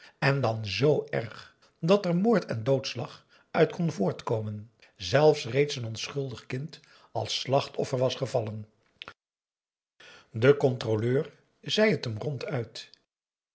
en dan z erg dat er moord en doodslag uit kon voortkomen zelfs reeds een onschuldig kind als slachtoffer was gevallen de controleur zei t hem ronduit